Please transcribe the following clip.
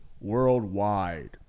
worldwide